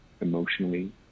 emotionally